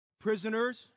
Prisoners